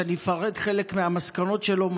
שאני אפרט חלק מהמסקנות שלו,